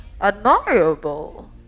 admirable